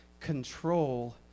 control